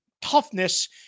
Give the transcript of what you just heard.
toughness